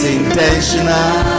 intentional